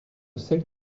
celles